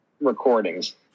recordings